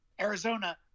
Arizona